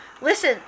Listen